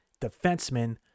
defenseman